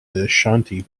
ashanti